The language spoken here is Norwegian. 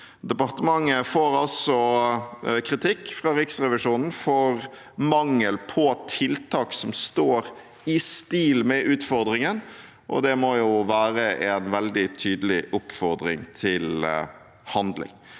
Departementet får altså kritikk fra Riksrevisjonen for mangel på tiltak som står i stil med utfordringene, og det må være en veldig tydelig oppfordring til handling.